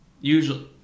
usually